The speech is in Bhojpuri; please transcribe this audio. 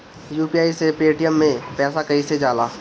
यू.पी.आई से पेटीएम मे पैसा कइसे जाला?